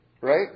right